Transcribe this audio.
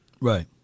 right